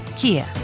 Kia